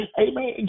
Amen